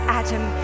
adam